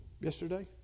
Yesterday